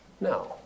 No